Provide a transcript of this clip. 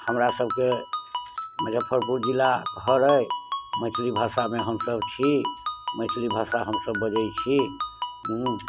हमरा सबके मझफ्फरपुर जिला घर अछि मैथिली भाषामे हमसब छी मैथिली भाषा हमसब बजै छी हूँ